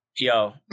Yo